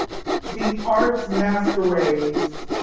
the arts masquerades